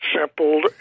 simple